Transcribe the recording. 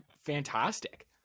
fantastic